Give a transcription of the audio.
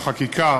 בחקיקה